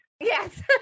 Yes